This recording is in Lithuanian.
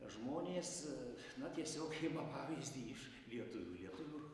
žmonės na tiesiog ima pavyzdį iš lietuvių lietuvių